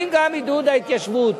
האם גם עידוד ההתיישבות.